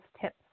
tips